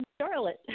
Charlotte